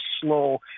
slow